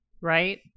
Right